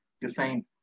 design